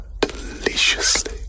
deliciously